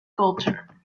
culture